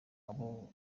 abo